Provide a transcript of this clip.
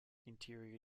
interior